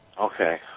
Okay